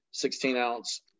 16-ounce